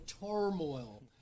turmoil